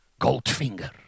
Goldfinger